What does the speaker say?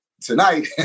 tonight